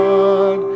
God